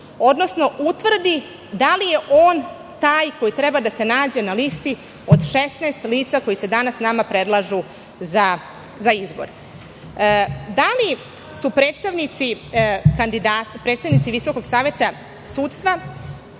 odnosno utvrdi da li je on taj koji treba da se nađe na listi od 16 lica koji se nama danas predlažu za izbor? Da li su predstavnici Visokog saveta sudstva